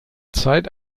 zeit